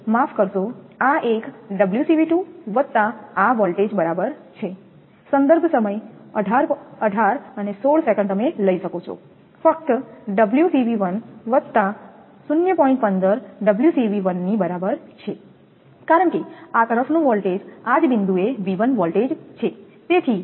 માફ કરશો આ એક વત્તા આ વોલ્ટેજ બરાબર છે ફક્ત ωવત્તા ની બરાબર છે કારણકે આ તરફનો વોલ્ટેજ આ જ બિંદુએ V1 વોલ્ટેજ છે